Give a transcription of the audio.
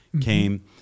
Came